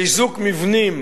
חיזוק מבנים